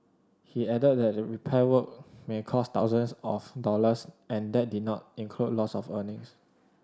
he added that repair work may cost thousands of dollars and that did not include loss of earnings